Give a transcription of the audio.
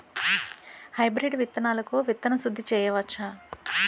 Hybrid విత్తనాలకు విత్తన శుద్ది చేయవచ్చ?